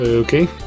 Okay